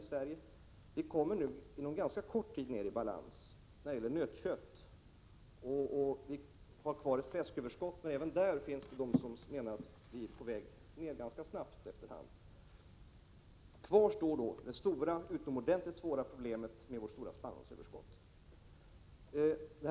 Inom en ganska kort tid kommer vi att vara i balans också när det gäller nötkött. Vi har fortfarande ett fläsköverskott, men enligt många bedömare är vi ganska snabbt på väg mot balans även beträffande den produktionen. Kvar står då det utomordentligt svåra problemet med vårt stora spannmålsöverskott.